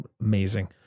amazing